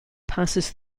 passes